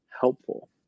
helpful